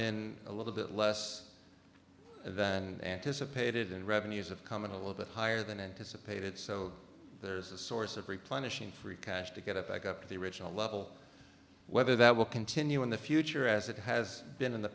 in a little bit less than an anticipated revenues of coming a little bit higher than anticipated so there's a source of replenishing free cash to get it back up to the original level whether that will continue in the future as it has been in the